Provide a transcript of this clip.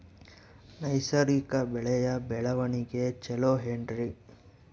ನೈಸರ್ಗಿಕ ಬೆಳೆಯ ಬೆಳವಣಿಗೆ ಚೊಲೊ ಏನ್ರಿ?